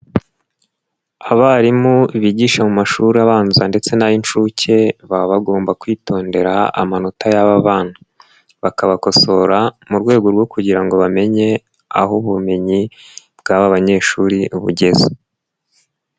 Abarimu bigisha mu mashuri abanza ndetse n'ay'inshuke baba bagomba kwitondera amanota y'aba bana. Bakabakosora mu rwego rwo kugira ngo bamenye aho ubumenyi bw'aba banyeshuri bugeze.